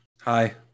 Hi